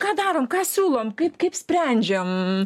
ką darom ką siūlom kaip kaip sprendžiam